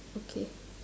okay